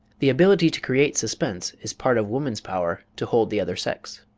the ability to create suspense is part of woman's power to hold the other sex.